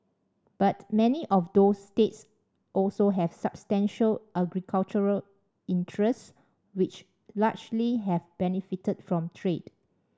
but many of those states also have substantial agricultural interests which largely have benefited from trade